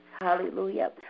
Hallelujah